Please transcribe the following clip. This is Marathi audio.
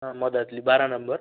हां मध्यातली बारा नंबर